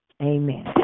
Amen